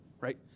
right